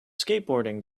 skateboarding